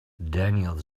daniels